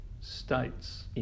states